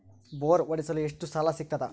Bore ಹೊಡೆಸಲು ಎಷ್ಟು ಸಾಲ ಸಿಗತದ?